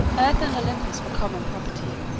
earth and olympus were common property.